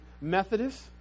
methodist